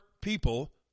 people